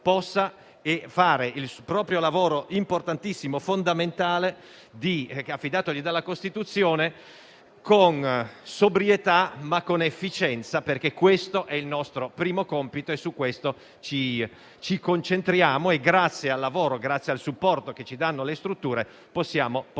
fare il proprio lavoro, importantissimo e fondamentale, affidatogli dalla Costituzione, con sobrietà ma con efficienza. Questo è il nostro primo compito e su questo ci concentriamo. E, grazie al supporto che ci danno le strutture, possiamo portarlo